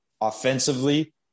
offensively